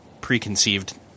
preconceived